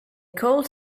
called